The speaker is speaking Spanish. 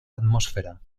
atmósfera